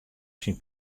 syn